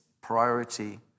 priority